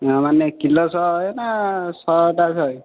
ମାନେ କିଲୋ ଶହେ ନା ଶହ ଟା ଶହେ